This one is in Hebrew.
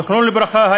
זיכרונו לברכה,